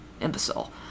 imbecile